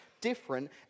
different